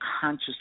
conscious